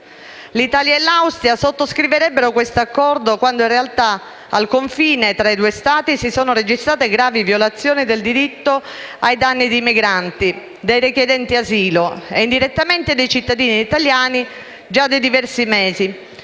L'Italia e l'Austria sottoscriverebbero questo accordo quando, in realtà, al confine tra i due Stati si sono registrate gravi violazioni del diritto ai danni dei migranti, dei richiedenti asilo e, indirettamente, dei cittadini italiani già da diversi mesi.